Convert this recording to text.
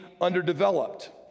underdeveloped